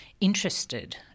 interested